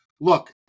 look